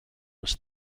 was